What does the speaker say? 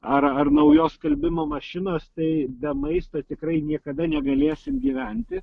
ar ar naujos skalbimo mašinos tai be maisto tikrai niekada negalėsim gyventi